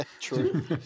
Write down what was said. True